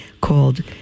called